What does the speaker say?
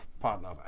partner